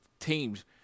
teams